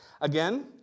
Again